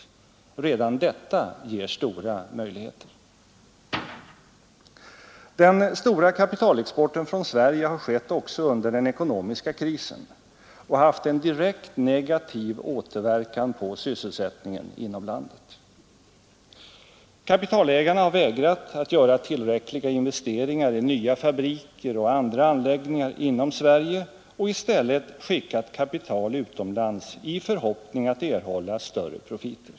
Redan detta ger stora möjligheter. Den stora kapitalexporten från Sverige har skett också under den ekonomiska krisen och haft en direkt negativ återverkan på sysselsättningen inom landet. Kapitalägarna har vägrat att göra tillräckliga investeringar i nya fabriker och andra anläggningar inom Sverige och i stället skickat kapital utomlands i förhoppning att erhålla större profiter.